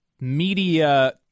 media